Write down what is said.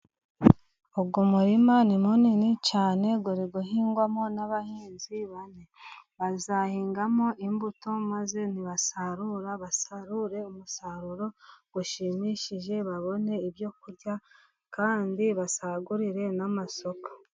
Uyu murima ni munini cyane, urahingwamo n'abahinzi bane. Bazahingamo imbuto, maze nibasarura, basarure umusaruro ushimishije babone ibyo kurya kandi basagurire n'amasoko.